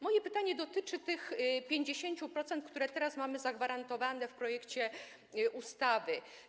Moje pytanie dotyczy tych 50%, które teraz mamy zagwarantowane w projekcie ustawy.